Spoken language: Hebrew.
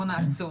בואו נעצור.